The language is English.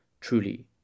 truly